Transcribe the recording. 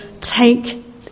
Take